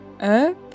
up